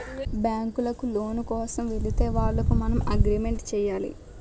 బ్యాంకులకు లోను కోసం వెళితే వాళ్లకు మనం అగ్రిమెంట్ చేయాలి